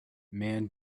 man